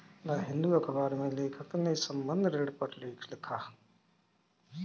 the Hindu अखबार में लेखक ने संबंद्ध ऋण पर लेख लिखा